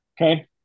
okay